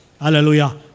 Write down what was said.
Hallelujah